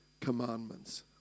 commandments